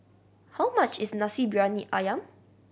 how much is Nasi Briyani Ayam